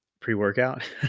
pre-workout